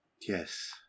Yes